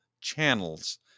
channels